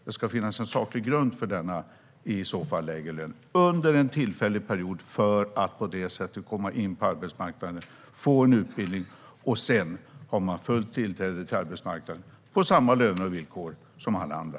Det ska finnas en saklig grund för den lägre lönen. Det ska vara under en tillfällig period för att man på det sättet ska komma in på arbetsmarknaden och få en utbildning. Sedan har man fullt tillträde till arbetsmarknaden till samma löner och på samma villkor som alla andra.